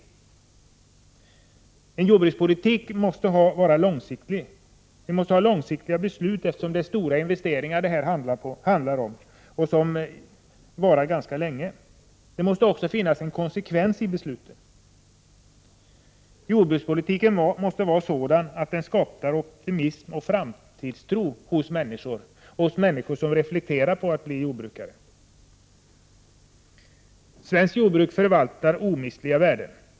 Jordbrukspolitiken måste vara långsiktig. Vi måste fatta långsiktiga beslut, eftersom det handlar om stora och långvariga investeringar. Det måste också finnas en konsekvens i besluten. Jordbrukspolitiken måste vara sådan att den skapar optimism och framtidstro hos människor som överväger att bli jordbrukare. Svenskt jordbruk förvaltar omistliga värden.